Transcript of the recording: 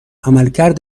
عملکرد